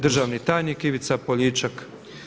Državni tajnik Ivica Poljičak.